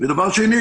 דבר שני,